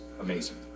amazing